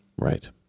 right